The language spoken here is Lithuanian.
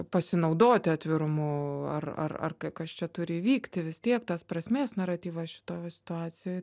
pasinaudoti atvirumu ar ar ar kas čia turi įvykti vis tiek tas prasmės naratyvas šitoj situacijoj